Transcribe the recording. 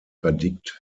verdickt